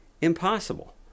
Impossible